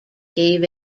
gave